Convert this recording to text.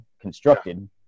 constructed